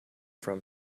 from